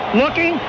looking